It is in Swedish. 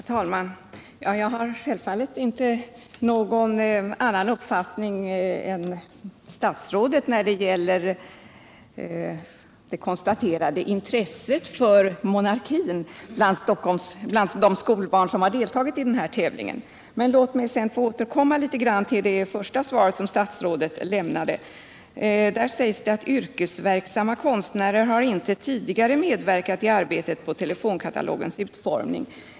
Herr talman! Jag har självfallet inte någon annan uppfattning än statsrådet när det gäller det konstaterade intresset för monarkin hos de skolbarn som deltagit i denna tävling. Men låt mig få återkomma till det första svaret som statsrådet lämnade. Där sägs att yrkesverksamma konstnärer inte tidigare medverkat i arbetet på telefonkatalogens utformning.